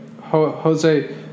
Jose